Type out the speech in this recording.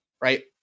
right